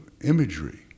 imagery